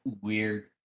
weird